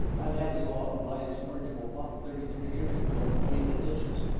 i've had to go out and buy a submergible pump thirty three years ago and drain the ditches.